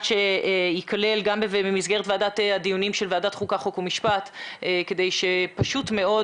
שייכלל גם במסגרת הדיונים של ועדת חוקה חוק ומשפט כדי שפשוט מאוד